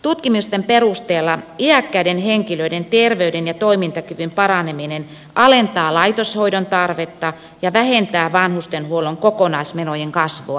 tutkimusten perusteella iäkkäiden henkilöiden terveyden ja toimintakyvyn paraneminen alentaa laitoshoidon tarvetta ja vähentää vanhustenhuollon kokonaismenojen kasvua merkittävästi